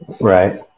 right